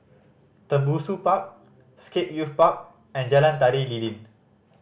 Tembusu Park Scape Youth Park and Jalan Tari Lilin